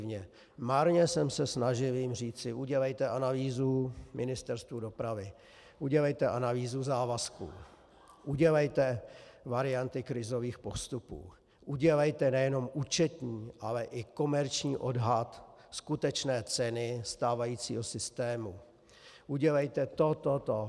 Marně jsem se snažil jim říci: Udělejte analýzu Ministerstvu dopravy, udělejte analýzu závazku, udělejte varianty krizových postupů, udělejte nejenom účetní, ale i komerční odhad skutečné ceny stávajícího systému, udělejte to, to, to.